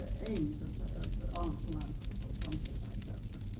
ah aimed and ah ah at aunts and uncles, or somebody like that, but